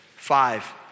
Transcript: Five